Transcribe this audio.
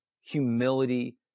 humility